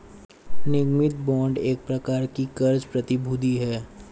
निगमित बांड एक प्रकार की क़र्ज़ प्रतिभूति है